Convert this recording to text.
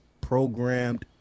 programmed